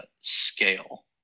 scale